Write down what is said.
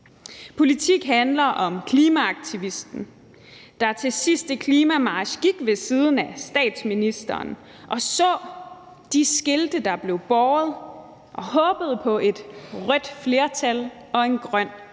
politik handler om klimaaktivisten, der til sidste klimamarch gik ved siden af statsministeren og så de skilte, der blev båret, og håbede på et rødt flertal og en grøn